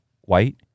white